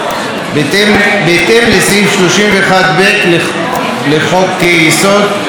בהתאם לסעיף 31(ב) לחוק-יסוד: הממשלה,